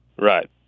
Right